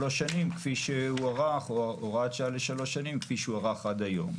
שנים כפי שהוארכה הוראת השעה עד היום.